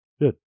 Good